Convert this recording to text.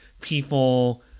people